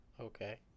Okay